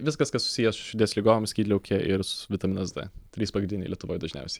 viskas kas susiję su širdies ligom skydliauke ir su vitaminas d trys pagrindiniai lietuvoj dažniausiai